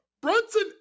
Brunson